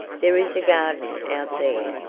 there is a garden out there,